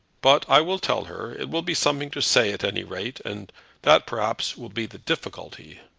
but i will tell her. it will be something to say, at any rate and that, perhaps, will be the difficulty.